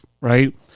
right